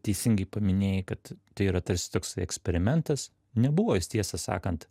teisingai paminėjai kad tai yra tarsi toksai eksperimentas nebuvo jis tiesą sakant